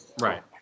Right